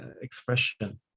expression